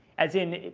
as in